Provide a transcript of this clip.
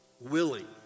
willing